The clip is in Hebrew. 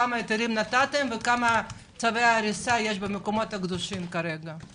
כמה היתרים נתתם וכמה צווי הריסה יש במקומות הקדושים כרגע?